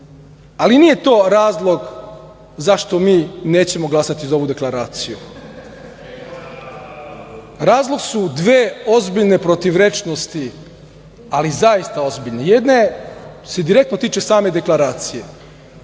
nije to razlog zašto mi nećemo glasati za ovu deklaraciju. Razlog su dve ozbiljne protivrečnosti, ali zaista ozbiljne. Jedna se direktno tiče same deklaracije,